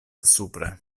supre